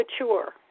mature